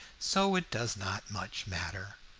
so it does not much matter.